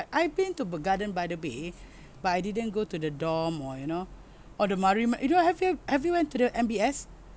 I've been to b~ garden by the bay but I didn't go to the dome or you know or the marine you don't have uh have you went to the M_B_S